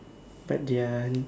but they're